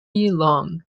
long